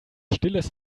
stilles